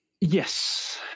Yes